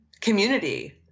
community